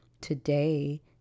today